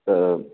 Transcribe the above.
तऽ